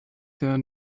der